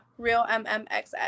realmmxx